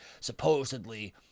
supposedly